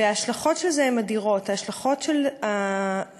וההשלכות של זה הן אדירות, ההשלכות של הקוטב.